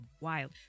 wild